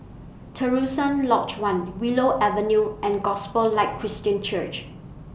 Terusan Lodge one Willow Avenue and Gospel Light Christian Church